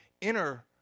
inner